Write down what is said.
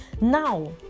Now